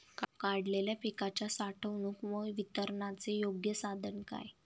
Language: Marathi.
काढलेल्या पिकाच्या साठवणूक व वितरणाचे योग्य साधन काय?